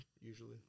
usually